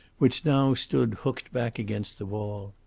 which now stood hooked back against the wall.